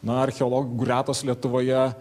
na archeologų gretos lietuvoje